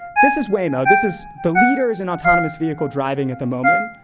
this is waymo, this is the leaders in autonomous vehicle driving at the moment.